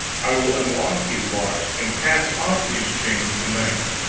i will unlock these locks and cast off these chains to-night.